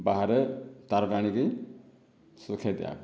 ବାହାରେ ତାର ଟାଣିକି ସୁଖାଇ ଦିଆହୁଏ